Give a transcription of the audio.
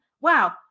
Wow